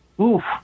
Oof